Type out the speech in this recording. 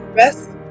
rest